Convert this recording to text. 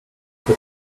très